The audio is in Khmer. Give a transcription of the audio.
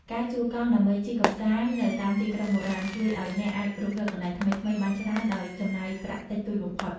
ការជួលកង់ដើម្បីជិះកម្សាន្តនៅតាមទីក្រុងបុរាណ ជួយឱ្យអ្នកអាចរុករកកន្លែងថ្មីៗបានច្រើនដោយចំណាយប្រាក់តិចតួចបំផុត។